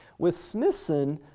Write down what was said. with smithson,